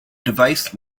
device